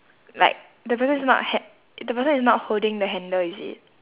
like the person is not ha~ the person is not holding the handle is it